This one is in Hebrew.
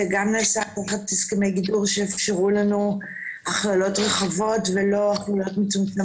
זה גם נעשה תחת הסכמי גידור שאפשרו לנו הכללות רחבות ולא מצומצמות.